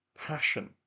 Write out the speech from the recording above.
passion